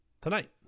Tonight